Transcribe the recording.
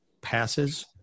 passes